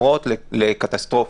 ומצטברות לקטסטרופה.